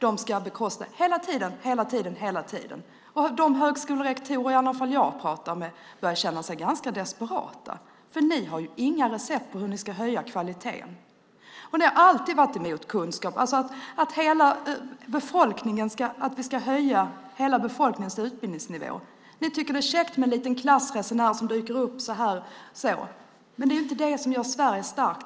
De ska bekosta hela tiden, hela tiden. De högskolerektorer jag talat med börjar känna sig ganska desperata, för ni har inga recept på hur ni ska höja kvaliteten. Ni har alltid varit emot kunskap, att vi ska höja hela befolkningens utbildningsnivå. Ni tycker att det är käckt med en liten klassresenär som dyker upp ibland, men det gör inte Sverige starkt.